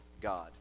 God